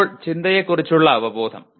ഇപ്പോൾ ചിന്തയെക്കുറിച്ചുള്ള അവബോധം